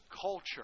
culture